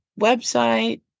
website